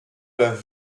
peuvent